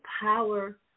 power